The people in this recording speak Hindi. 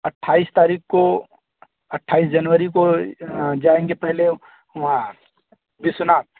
अट्ठाईस तारीख को अट्ठाईस जनवरी को जाएँगे पहले वहाँ विश्वनाथ